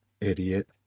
Idiot